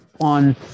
on